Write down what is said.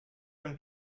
him